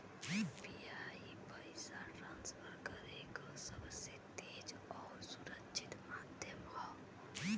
UPI पइसा transfer करे क सबसे तेज आउर सुरक्षित माध्यम हौ